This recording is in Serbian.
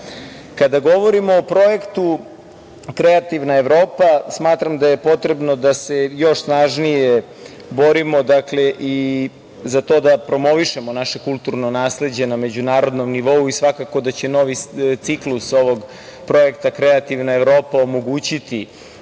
govorimo o projektu Kreativna Evropa, smatram da je potrebno da se još snažnije borimo i za to da promovišemo naše kulturno nasleđe na međunarodnom nivou, a svakako da će novi ciklus ovog Kreativna Evropa, omogućiti